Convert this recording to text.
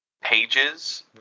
pages